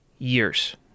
Years